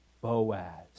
Boaz